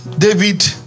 David